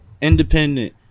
independent